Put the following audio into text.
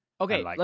Okay